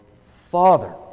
Father